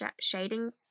shading